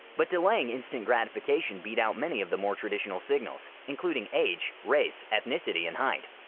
but delaying instant gratification beat out many of the more traditional signals, including age, race, ethnicity and height.